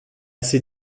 ses